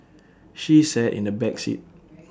she sat in the back seat